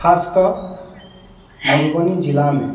खास कऽ मधुबनी जिलामे